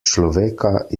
človeka